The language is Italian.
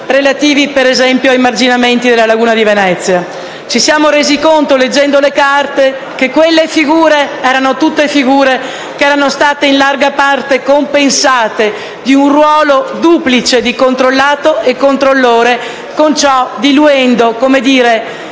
relativi ai marginamenti della laguna di Venezia. Ci siamo resi conto, leggendo le carte, che tutte quelle figure erano state in larga parte compensate di un ruolo duplice di controllato e controllore, con ciò diluendo le